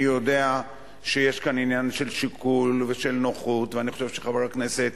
אני יודע שיש כאן עניין של שיקול ושל נוחות ואני חושב שחבר הכנסת